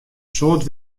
soad